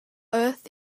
earth